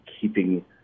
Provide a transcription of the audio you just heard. keeping